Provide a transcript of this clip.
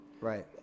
Right